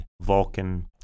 Vulcan